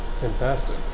Fantastic